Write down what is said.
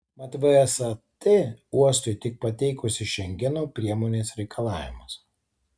mat vsat uostui tik pateikusi šengeno priemonės reikalavimus